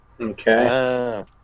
Okay